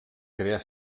crear